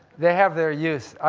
they have their use. i,